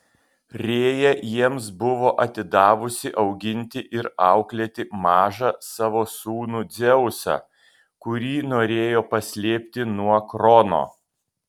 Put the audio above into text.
rėja jiems buvo atidavusi auginti ir auklėti mažą savo sūnų dzeusą kurį norėjo paslėpti nuo krono